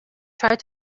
tried